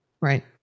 Right